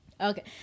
Okay